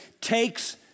takes